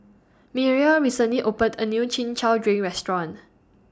Mireya recently opened A New Chin Chow Drink Restaurant